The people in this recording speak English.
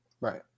Right